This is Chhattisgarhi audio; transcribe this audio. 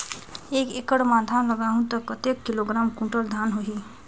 एक एकड़ मां धान लगाहु ता कतेक किलोग्राम कुंटल धान होही?